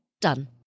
Done